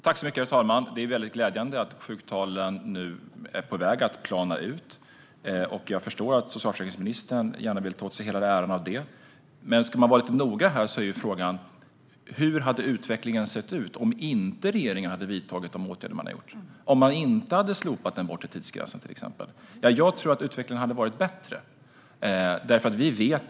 Herr talman! Det är glädjande att sjuktalen är på väg att plana ut. Jag förstår att socialförsäkringsministern gärna vill ta åt sig hela äran av det. Men om man ska vara lite noga är frågan: Hur hade utvecklingen sett ut om regeringen inte hade vidtagit de åtgärder som man har gjort, om man inte hade slopat den bortre tidsgränsen, till exempel? Jag tror att utvecklingen hade varit bättre.